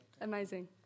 Amazing